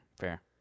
Fair